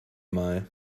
mal